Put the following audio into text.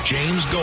James